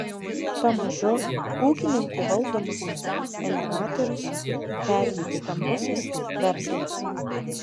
pamažu ūkininkų valdomus elevatorius perima stambusis verslas